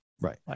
right